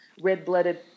red-blooded